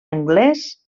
anglès